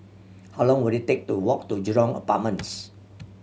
how long will it take to walk to Jurong Apartments